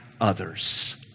others